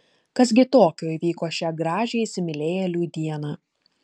kas gi tokio įvyko šią gražią įsimylėjėlių dieną